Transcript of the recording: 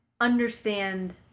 understand